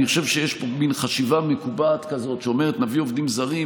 אני חושב שיש פה מין חשיבה מקובעת כזאת שאומרת: נביא עובדים זרים,